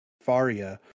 Faria